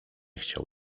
chciał